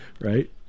right